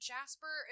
Jasper